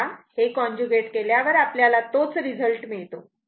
तेव्हा हे कॉन्जुगेट केल्यावर आपल्याला तोच रिझल्ट मिळतो